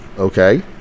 Okay